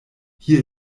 hier